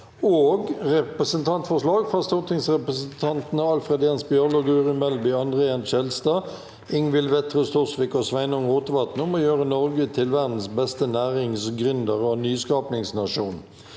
og Representant- forslag fra stortingsrepresentantene Alfred Jens Bjørlo, Guri Melby, André N. Skjelstad, Ingvild Wetrhus Thors- vik og Sveinung Rotevatn om å gjøre Norge til verdens beste nærings-, gründer- og nyskapingsnasjon